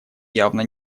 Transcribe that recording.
явно